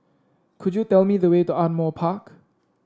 could you tell me the way to Ardmore Park